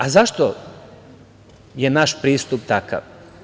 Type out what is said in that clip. A zašto je naš pristup takav?